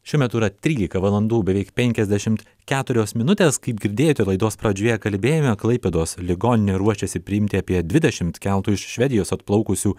šiuo metu yra trylika valandų beveik penkiasdešimt keturios minutės kaip girdėjote laidos pradžioje kalbėjome klaipėdos ligoninė ruošiasi priimti apie dvidešimt keltu iš švedijos atplaukusių